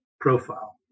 profile